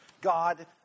God